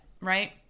right